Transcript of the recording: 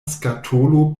skatolo